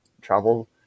travel